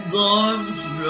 gods